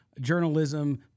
journalism